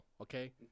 okay